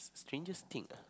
strangest thing ah